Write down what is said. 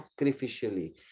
sacrificially